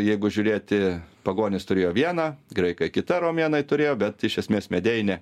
jeigu žiūrėti pagonys turėjo vieną graikai kita romėnai turėjo bet iš esmės medeinę